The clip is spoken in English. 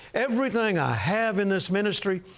everything i have in this ministry,